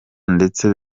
ndetse